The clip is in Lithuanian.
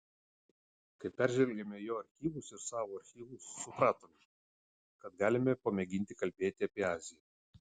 kai peržvelgėme jo archyvus ir savo archyvus supratome kad galime pamėginti kalbėti apie aziją